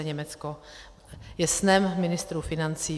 Německo je snem ministrů financí.